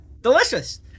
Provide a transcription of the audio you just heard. delicious